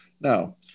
Now